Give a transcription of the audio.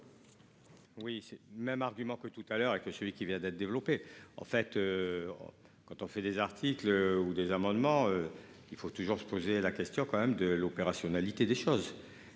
Oui c'est le même argument que tout à l'heure et que celui qui vient d'être développé en fait. Quand on fait des articles ou des amendements. Il faut toujours se poser la question quand même de l'opérationnalité des choses.